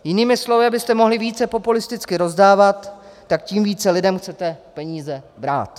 Jinými slovy, abyste mohli více populisticky rozdávat, tak tím více lidem chcete peníze brát.